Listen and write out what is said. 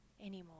anymore